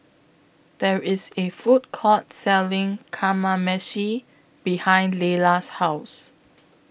There IS A Food Court Selling Kamameshi behind Laylah's House